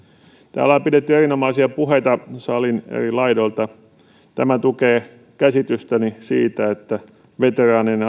täällä on pidetty erinomaisia puheita salin eri laidoilta tämä tukee käsitystäni siitä että veteraanien